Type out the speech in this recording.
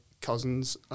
cousins